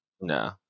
No